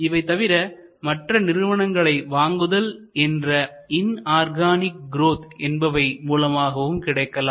இவை தவிர மற்ற நிறுவனங்களை வாங்குதல் என்ற இன் ஆர்கானிக் குரோத் என்பவை மூலமாகவும் கிடைக்கலாம்